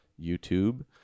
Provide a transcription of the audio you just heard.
YouTube